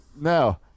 No